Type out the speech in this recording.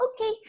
okay